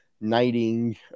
knighting